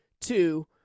two